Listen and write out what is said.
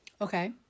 okay